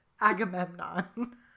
agamemnon